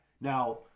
Now